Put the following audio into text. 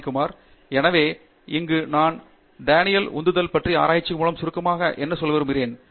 பாணிகுமார் எனவே இங்கே நான் டானியல் உந்துதல் பற்றிய ஆராய்ச்சி மூலம் சுருக்கமாக என்ன சொல்ல விரும்புகிறேன்